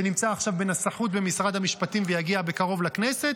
שנמצא עכשיו בנסחות במשרד המשפטים ויגיע בקרוב לכנסת.